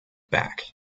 back